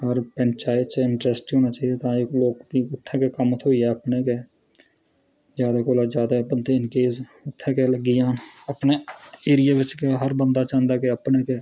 होर पंचायत च इंटरस्ट होना चाहिदा ऐ ते इत्थें गै कम्म थ्होई जा कोई अपने गै जादै कोला जादै बंदे इंगेज़ उत्थें गै लग्गी जन अपने एरिया बिच गै हर बंदा चाहंदा की अपने